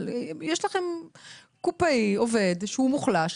יש לכם קופאי עובד שהוא מוחלש,